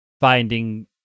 finding